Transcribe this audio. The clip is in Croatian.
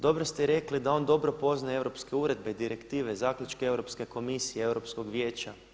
Dobro ste i rekli da on dobro poznaje europske uredbe i direktive, zaključke Europske komisije, Europskog vijeća.